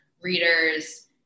readers